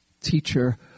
teacher